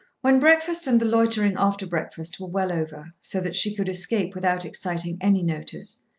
when breakfast and the loitering after breakfast were well over, so that she could escape without exciting any notice,